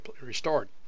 restored